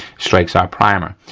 strikes our primer.